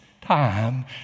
Time